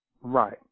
Right